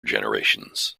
generations